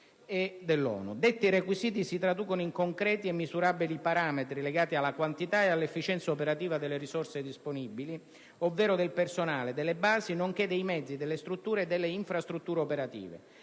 Detti requisiti si traducono in concreti e misurabili parametri legati alla quantità e all'efficienza operativa delle risorse disponibili, ovvero del personale, delle basi, nonché dei mezzi, delle strutture e delle infrastrutture operative.